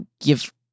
give